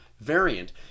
variant